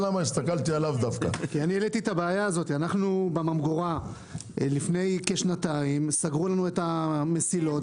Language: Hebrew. אנחנו בממגורה לפני שנתיים אנחנו